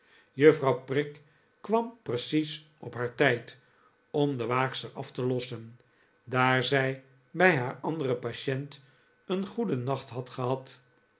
juffrouw prig kwam precies op haar tijd om de waakster af te lossen daar zij bij haar anderen patient een goeden nacht had gehad